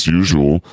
usual